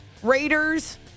Raiders